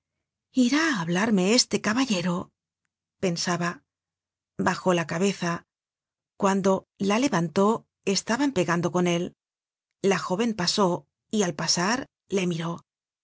irá á hablarme este caballero pensaba bajó la cabeza cuando la levantó estaban pegando con él la jóven pasó y al pasar le miró